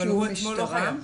אבל הוא עצמו לא חייב.